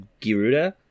Giruda